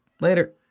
Later